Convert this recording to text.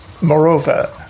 moreover